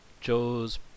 Joe's